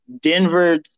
Denver